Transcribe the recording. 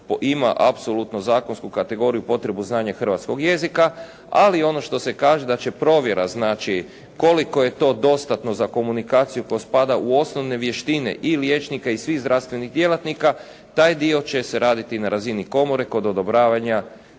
ima apsolutno zakonsku kategoriju potrebu znanja hrvatskog jezika, ali ono što se kaže da će provjera znači koliko je to dostatno za komunikaciju spada u osnovne vještine i liječnika i svih zdravstvenih djelatnika, taj dio će se raditi na razini komore kod odobravanja